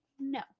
No